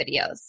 videos